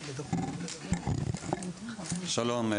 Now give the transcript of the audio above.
שלום,